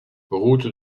route